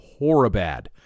horribad